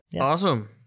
Awesome